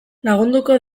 lagunduko